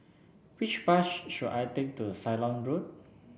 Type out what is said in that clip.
which bus should I take to Ceylon Road